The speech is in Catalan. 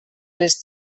les